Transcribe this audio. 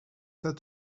said